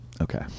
Okay